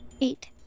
Eight